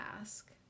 ask